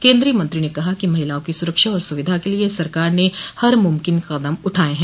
केन्द्रीय मंत्री ने कहा कि महिलाओं की सुरक्षा और सुविधा के लिए सरकार ने हर मुमकिन कदम उठाये हैं